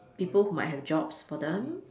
people who might have jobs for them